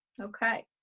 Okay